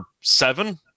seven